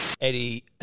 Eddie